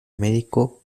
médico